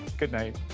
goodnight.